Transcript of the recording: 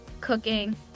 cooking